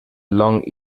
long